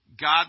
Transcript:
God